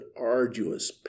arduous